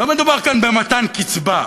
לא מדובר כאן במתן קצבה,